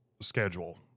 schedule